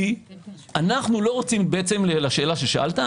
כי לשאלתך,